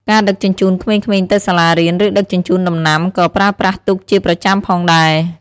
ការដឹកជញ្ជូនក្មេងៗទៅសាលារៀន ឬដឹកជញ្ជូនដំណាំក៏ប្រើប្រាស់ទូកជាប្រចាំផងដែរ។